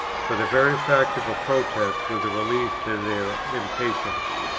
for the very fact of a protest was a relief to their impatience.